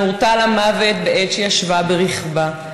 נורתה למוות בעת שישבה ברכבה,